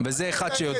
וזה אחד שיודע.